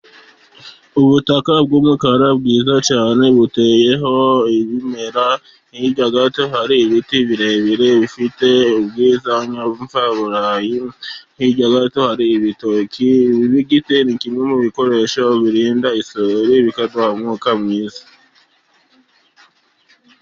Ubutaka bw'umukara bwiza cyane buteyeho ibimera, hirya gato hari ibiti birebire bifite ubwiza mvaburayi hirya gato hari ibitoki. Igiti ni kimwe mu bikoresho birinda isuri, bikaduha umwuka mwiza.